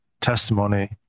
testimony